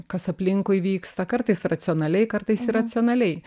kas aplinkui vyksta kartais racionaliai kartais iracionaliai